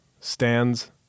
stands